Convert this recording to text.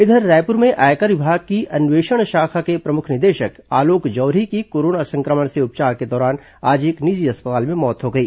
इधर रायपुर में आयकर विभाग के अन्वेषण शाखा के प्रमुख निदेशक आलोक जौहरी की कोरोना सं क्र मण से उपचार के दौरान आज एक निजी अस्पताल में मौत हो गई